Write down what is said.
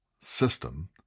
system